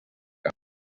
cap